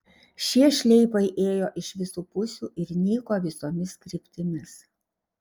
šie šleifai ėjo iš visų pusių ir nyko visomis kryptimis